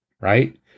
right